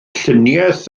lluniaeth